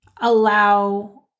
allow